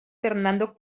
fernando